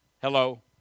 hello